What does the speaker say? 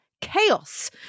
chaos